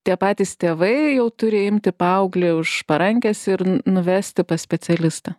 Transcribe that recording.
tie patys tėvai jau turi imti paauglį už parankės ir nuvesti pas specialistą